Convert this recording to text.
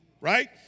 Right